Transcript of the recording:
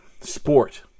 sport